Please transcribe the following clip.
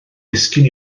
disgyn